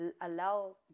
allow